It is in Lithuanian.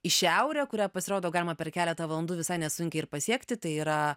į šiaurę kurią pasirodo galima per keletą valandų visai nesunkiai ir pasiekti tai yra